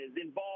involved